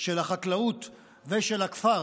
של החקלאות ושל הכפר